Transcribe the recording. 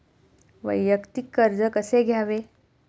वैयक्तिक कर्ज कसे घ्यावे?